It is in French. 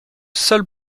seul